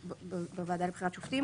בוועדה לבחירת שופטים.